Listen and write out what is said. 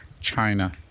China